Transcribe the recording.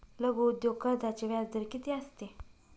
लघु उद्योग कर्जाचे व्याजदर किती असते?